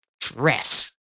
dress